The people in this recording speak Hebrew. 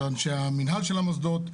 אנשי המינהל של המוסדות,